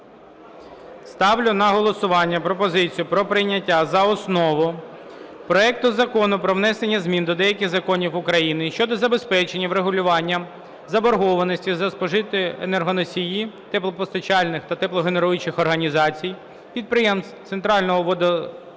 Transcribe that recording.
Ставлю на голосування пропозицію про прийняття за основу проекту Закону про внесення змін до деяких законів України щодо забезпечення врегулювання заборгованості за спожиті енергоносії теплопостачальних та теплогенеруючих організацій, підприємств централізованого водопостачання